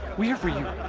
we. have for you.